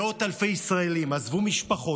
מאות אלפי ישראלים עזבו משפחות,